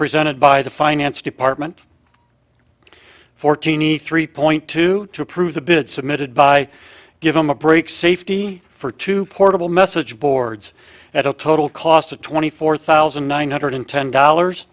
presented by the finance department fortini three point two two approve the bid submitted by give them a break safety for two portable message boards at a total cost of twenty four thousand nine hundred ten dollars